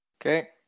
Okay